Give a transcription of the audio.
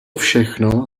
všechno